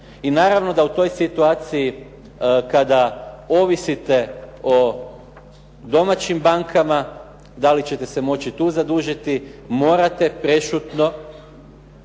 I naravno da u toj situaciji kada ovisite o domaćim bankama da li ćete se moći tu zadužiti. Morate prešutno